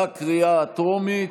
בקריאה הטרומית,